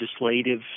legislative